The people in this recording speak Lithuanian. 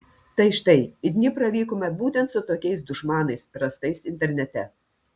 tai štai į dniprą vykome būtent su tokiais dušmanais rastais internete